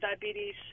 diabetes